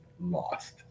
lost